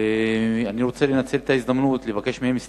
ואני רוצה לנצל את ההזדמנות לבקש מהם סליחה,